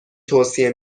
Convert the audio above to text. توصیه